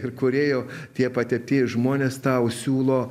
ir kūrėjo tie pateptieji žmonės tau siūlo